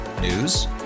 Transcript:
News